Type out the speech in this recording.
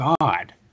God